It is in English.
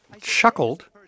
chuckled